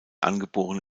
angeborene